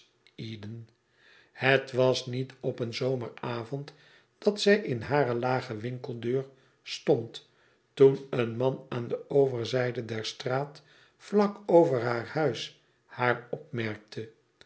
eden het was niet op een zomeravond dat zij in hare lage winkeldeur stond toen een man aan de overzijde der straat vlak over haar huis haar opmerkte